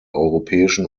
europäischen